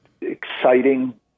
exciting